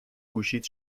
گوشیت